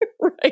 Right